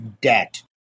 debt